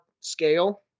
scale